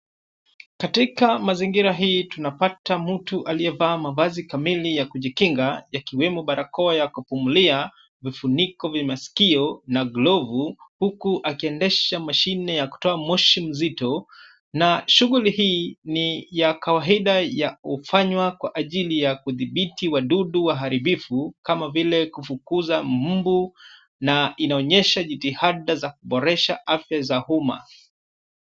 Katika mazingira hii tunapata mtu aliyevaa mavazi kamili ya kujikinga, yakiwemo barakoa ya kupumulia, vifuniko vya maskio na glovu huku akiendesha mashine ya kutoa moshi mzito na shughuli ni ya kawaida ya hufanywa kwa ajili ya kudhibiti wadudu waharibifu kama vile kufukuza mbu na inaonyesha jitihada za kuboresha afya za umma.